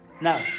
Now